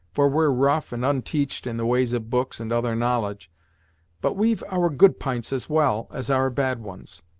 for we're rough and unteached in the ways of books and other knowledge but we've our good p'ints, as well as our bad ones.